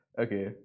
Okay